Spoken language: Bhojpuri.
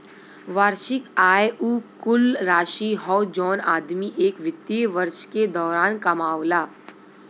वार्षिक आय उ कुल राशि हौ जौन आदमी एक वित्तीय वर्ष के दौरान कमावला